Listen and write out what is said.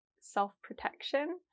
self-protection